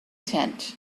tent